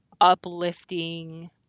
uplifting